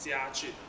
jia jun ah